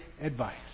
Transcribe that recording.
advice